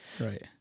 Right